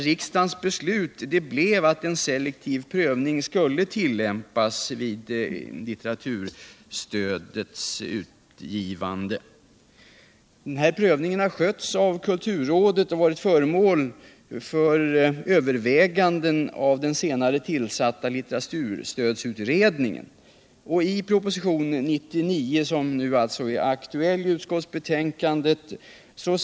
Riksdagens beslut blev att en sclektiv prövning skulle tillämpas vid Hitteraturstödets utgivande. Denna prövning har skötts av kulturrådet och varit föremål för överväganden av den senare tillsatta litteraturstödsutredningen. I propositionen 99, som alltså nu är aktuell i utskottsbetänkandet.